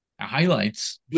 highlights